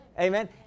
Amen